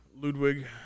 Ludwig